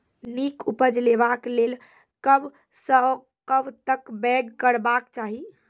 नीक उपज लेवाक लेल कबसअ कब तक बौग करबाक चाही?